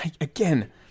again